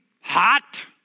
hot